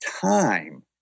time